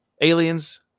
Aliens